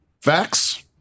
Facts